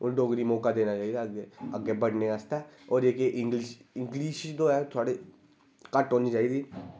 होर डोगरी गी मौका देना चाहिदा अग्गें बढ़ने आस्तै ओह् जेह्के इंग्लिश इंग्लिश तो ऐ थोआढ़े घट्ट होनी चाहिदी